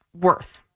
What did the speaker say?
Worth